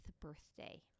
birthday